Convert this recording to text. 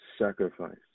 sacrifice